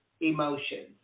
emotions